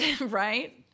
Right